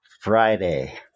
Friday